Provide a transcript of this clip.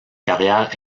carrière